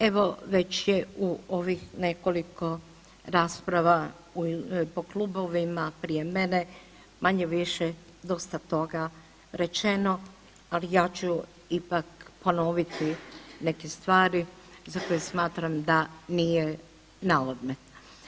Evo već je u ovih nekoliko rasprava po klubovima prije mene manje-više dosta toga rečeno, ali ja ću ipak ponoviti neke stvari za koje smatram da nije na odmet.